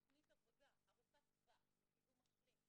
תוכנית עבודה ארוכת טווח לקידום אקלים,